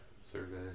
survey